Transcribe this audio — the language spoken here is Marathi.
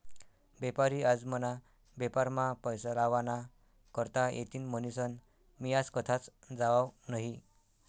बेपारी आज मना बेपारमा पैसा लावा ना करता येतीन म्हनीसन मी आज कथाच जावाव नही